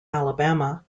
alabama